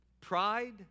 Pride